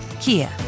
Kia